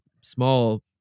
small